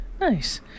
Nice